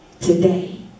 today